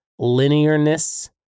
linearness